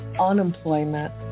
unemployment